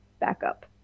backup